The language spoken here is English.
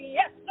yes